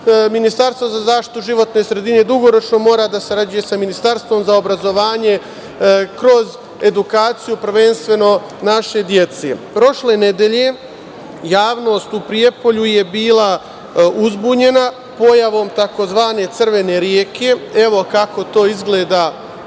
Ministarstvo za zaštitu životne sredine, dugoročno mora da sarađuje sa Ministarstvom za obrazovanje kroz edukaciju, prvenstveno naše dece. Prošle nedelje javnost u Prijepolju je bila uzbunjena pojavom takozvane „crvene reke“. Evo kako to izgleda